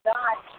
God